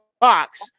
box